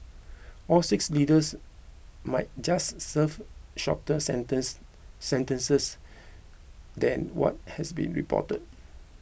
all six leaders might just serve shorter sentence sentences than what has been reported